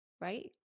right